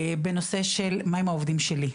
בנושא של מה עם העובדים שלי?